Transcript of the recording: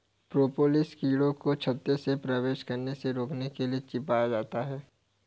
propolis कीड़ों को छत्ते में प्रवेश करने से रोकने के लिए चिपचिपा पदार्थ है